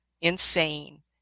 insane